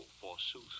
forsooth